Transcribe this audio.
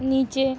نیچے